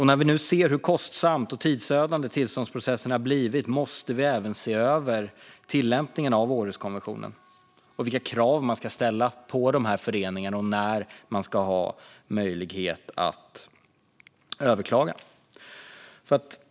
När vi nu ser hur kostsam och tidsödande tillståndsprocessen har blivit måste vi även se över tillämpningen av Århuskonventionen, vilka krav man ska ställa på de här föreningarna och när det ska finnas möjlighet att överklaga.